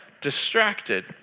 Distracted